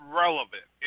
relevant